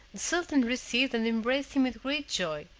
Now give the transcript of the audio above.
the sultan received and embraced him with great joy,